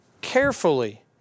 carefully